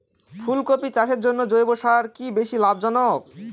ফুলকপি চাষের জন্য জৈব সার কি বেশী লাভজনক?